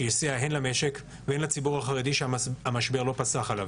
שיסייע הן למשק והן לציבור החרדי שהמשבר לא פסח עליו.